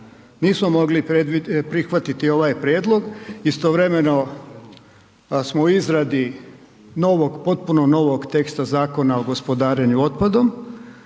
nismo prihvatiti ovaj prijedlog, istovremeno smo u izradi novog, potpuno novog teksta Zakona o gospodarenju otpadom,